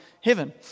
heaven